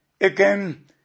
again